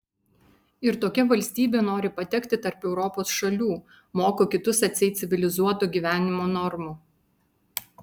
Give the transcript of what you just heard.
ir tokia valstybė nori patekti tarp europos šalių moko kitus atseit civilizuoto gyvenimo normų